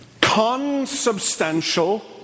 consubstantial